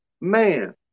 man